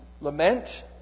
lament